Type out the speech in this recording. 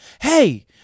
Hey